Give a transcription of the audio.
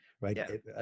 right